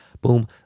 boom